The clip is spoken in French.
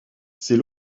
ces